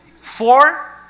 four